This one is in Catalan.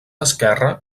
esquerra